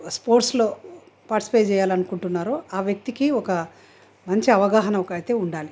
స్పోర్ట్స్లో పార్టిసిపేట్ చేయాలనుకుంటున్నారో ఆ వ్యక్తికి ఒక మంచి అవగాహన ఒక అయితే ఉండాలి